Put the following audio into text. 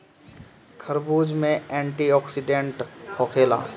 खरबूज में एंटीओक्सिडेंट होखेला